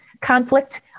conflict